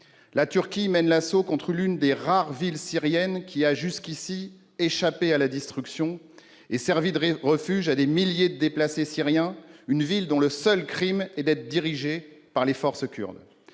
La Turquie mène l'assaut contre l'une des rares villes syriennes qui a, jusqu'ici, échappé à la destruction et servi de refuge à des milliers de déplacés syriens, une ville dont le seul crime est d'être dirigée par des forces kurdes.